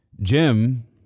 Jim